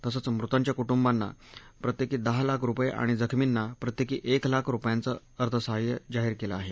तसंच मृतांच्या कुटुंबांना प्रत्येकी दहा लाख रुपये आणि जखमींना प्रत्येकी एक लाख रुपयांचं अर्थसहाय्य जाहीर केलं आहे